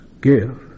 give